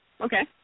Okay